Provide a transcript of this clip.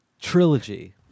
Trilogy